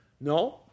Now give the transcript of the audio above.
No